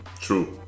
True